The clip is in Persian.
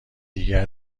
دیگر